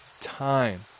time